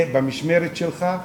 זה במשמרת שלך,